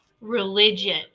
religion